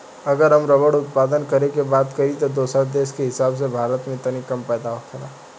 अगर हम रबड़ उत्पादन करे के बात करी त दोसरा देश के हिसाब से भारत में तनी कम पैदा होखेला